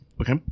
Okay